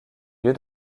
lieu